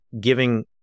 giving